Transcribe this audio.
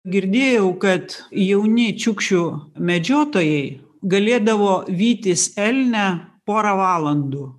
girdėjau kad jauni čiukšių medžiotojai galėdavo vytis elnią porą valandų